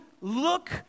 look